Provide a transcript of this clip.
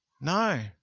No